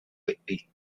lately